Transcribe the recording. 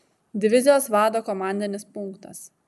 divizijos vado komandinis punktas